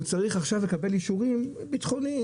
הוא צריך עכשיו לקבל אישורים ביטחוניים